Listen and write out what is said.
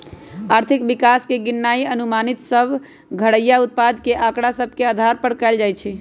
आर्थिक विकास के गिननाइ अनुमानित सभ घरइया उत्पाद के आकड़ा सभ के अधार पर कएल जाइ छइ